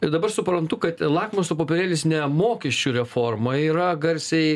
ir dabar suprantu kad lakmuso popierėlis ne mokesčių reforma yra garsiai